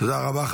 תודה רבה.